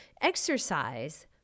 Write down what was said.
Exercise